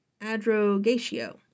adrogatio